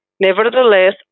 Nevertheless